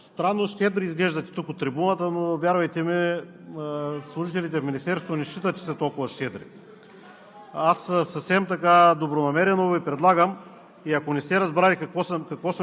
Уважаеми господин Председател, уважаеми колеги! Уважаеми господин Радев, странно щедри изглеждате тук от трибуната, но, вярвайте ми, служителите в Министерството не считат, че сте толкова щедри.